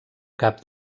cap